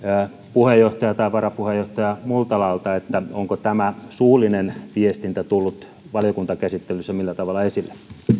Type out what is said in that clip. varanpuheenjohtaja multalalta onko tämä suullinen viestintä tullut valiokuntakäsittelyssä millä tavalla esille